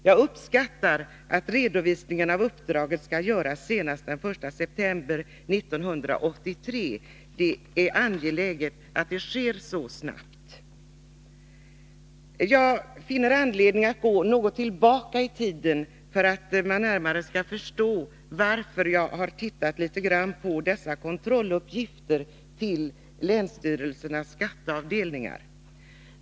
Jag uppskattar att redovisningen av uppdraget skall göras senast den 1 september 1983. Det är angeläget att det sker så snabbt. Jag finner anledning att gå tillbaka något i tiden för att lättare klargöra varför jag har tittat litet grand på dessa kontrolluppgifter till länsstyrelsernas skatteavdelningar.